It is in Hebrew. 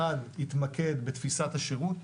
אחד התמקד בתפיסת השירות.